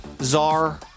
czar